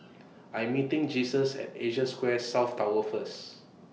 I'm meeting Jesus At Asia Square South Tower First